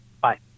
Bye